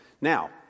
Now